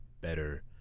better